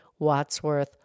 Watsworth